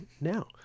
now